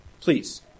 please